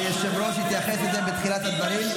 היושב-ראש התייחס לזה בתחילת הדברים.